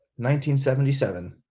1977